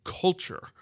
Culture